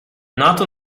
nato